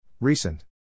Recent